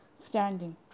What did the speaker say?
standing